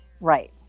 Right